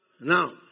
Now